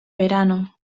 verano